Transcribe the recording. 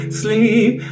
sleep